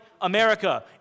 America